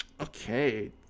okay